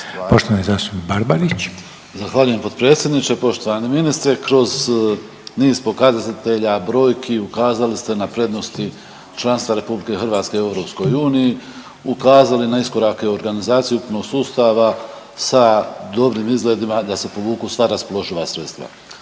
Nevenko (HDZ)** Zahvaljujem potpredsjedniče. Poštovani ministre kroz niz pokazatelja, brojki ukazali ste na prednosti članstva Republike Hrvatske u EU, ukazali na iskorake u organizaciji ukupnog sustava sa dobrim izgledima da se povuku sva raspoloživa sredstva.